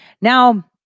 Now